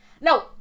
No